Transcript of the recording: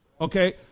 Okay